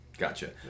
Gotcha